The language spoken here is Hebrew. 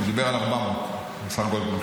הוא דיבר על 400, השר גולדקנופ.